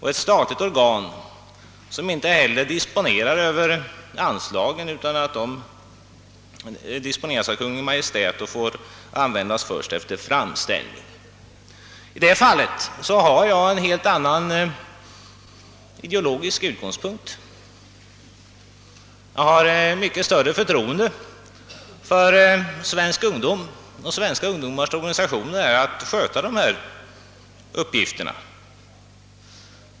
Detta statliga organ disponerar inte heller över anslagen — det gör Kungl. Maj:t, och anslagen får användas först efter framställning. För min del har jag en helt annan ideologisk utgångspunkt i detta fall. Jag har mycket större förtroende för svenska ungdomars och svenska ungdomsorganisationers möjligheter = att sköta dessa uppgifter.